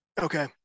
okay